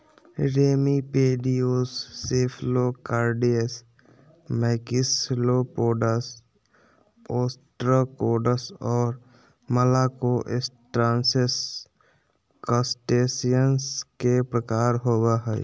remipedes, cephalocarids, maxillopods, ostracods, और malacostracans, crustaceans के प्रकार होव हइ